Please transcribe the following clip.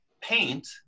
paint